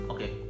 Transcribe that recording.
Okay